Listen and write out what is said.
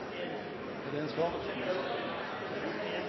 er det en